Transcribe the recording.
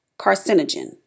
carcinogen